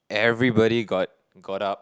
everybody got got up